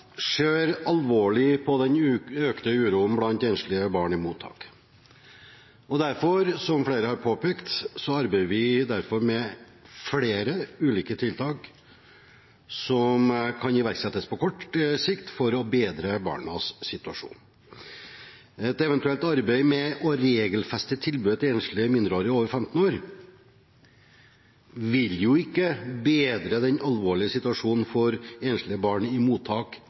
ser alvorlig på den økte uroen blant enslige barn i mottak. Som flere har påpekt, arbeider vi derfor med flere ulike tiltak som kan iverksettes på kort sikt for å bedre barnas situasjon. Et eventuelt arbeid med å regelfeste tilbudet til enslige mindreårige over 15 år vil jo ikke bedre den alvorlige situasjonen for enslige barn i mottak